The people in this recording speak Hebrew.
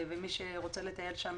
ומי שרוצה לטייל שם,